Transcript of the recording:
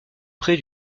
près